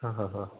ആഹാഹാ